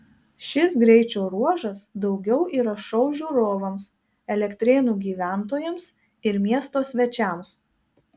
šis greičio ruožas daugiau yra šou žiūrovams elektrėnų gyventojams ir miesto svečiams